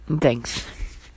Thanks